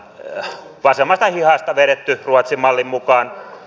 hieman vasemmasta hihasta vedetty ruotsin mallin mukaan